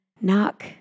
Knock